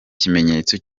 kimenyetso